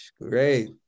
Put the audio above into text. great